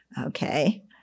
okay